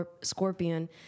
Scorpion